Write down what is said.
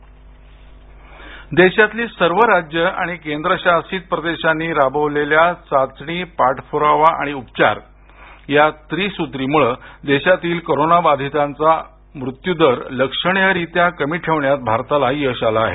देश कोविड देशातली सर्व राज्य आणि केंद्रशासित प्रदेशांनी राबवलेल्या चाचणी पाठपुरावा आणि उपचार या त्रिसूत्रीमुळे देशातील कोरोना बाधितांचा मृत्यूदर लक्षणीयरित्या कमी ठेवण्यात भारताला यश आलं आहे